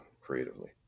creatively